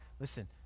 Listen